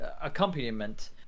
accompaniment